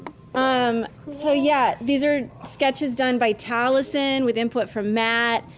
um so yeah, these are sketches done by taliesin, with input from matt.